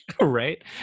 Right